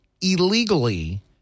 illegally